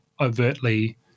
overtly